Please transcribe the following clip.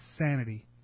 insanity